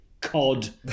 Cod